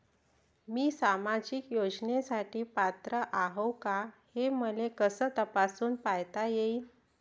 मी सामाजिक योजनेसाठी पात्र आहो का, हे मले कस तपासून पायता येईन?